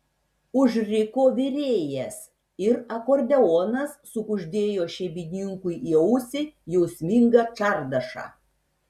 užriko virėjas ir akordeonas sukuždėjo šeimininkui į ausį jausmingą čardašą